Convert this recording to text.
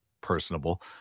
personable